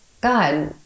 God